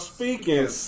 Speaking